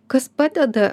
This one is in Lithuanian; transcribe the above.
kas padeda